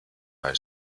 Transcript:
bei